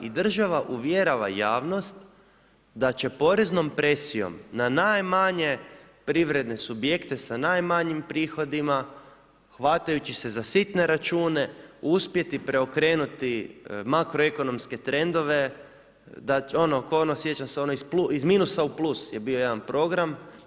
I država uvjerava javnost da će poreznom presijom na najmanje privredne subjekte sa najmanjim prihodima hvatajući se za sitne račune uspjeti preokrenuti makroekonomske trendove, ono, ko ono sjećam se ono iz minusa u plus je bio jedan program.